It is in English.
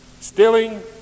Stealing